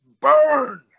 burn